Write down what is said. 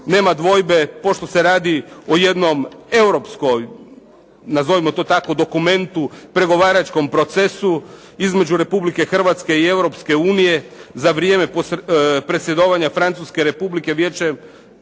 Nema dvojbe, pošto se radi o jednom europskom nazovimo to tako dokumentu, pregovaračkom procesu između Republike Hrvatske i Europske unije za vrijeme predsjedanja Francuske Republike vijećem